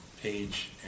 page